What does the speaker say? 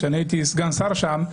כשהייתי סגן שר שם,